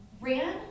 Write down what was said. ran